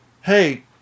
hey